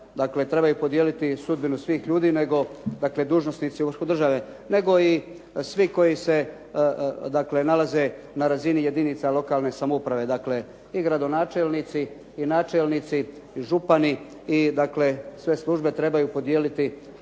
trebaju podijeliti sudbinu svih ljudi nego dužnosnici u vrhu države, nego i svi koji se nalaze na razni jedinica lokalne samouprave i gradonačelnici, i načelnici, i župani i sve službe trebaju podijeliti